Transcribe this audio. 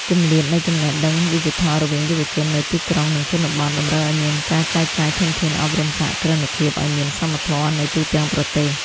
គម្លាតនៃចំណេះដឹងឌីជីថលរវាងយុវជននៅទីក្រុង និងជនបទ តម្រូវឱ្យមានការចែកចាយធនធានអប់រំសហគ្រិនភាពឱ្យមានសមធម៌នៅទូទាំងប្រទេស។